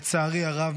לצערי הרב,